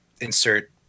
insert